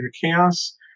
Chaos